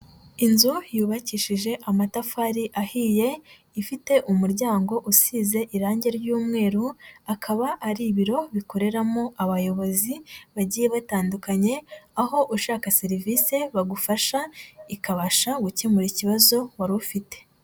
Inzu yubakishije amatafari ahiye, ifite umuryango usize irangi ry'umweru, akaba ari ibiro bikoreramo abayobozi bagiye batandukanye, aho ushaka serivisi bagufasha, ikabasha gukemura ikibazo wari ufite.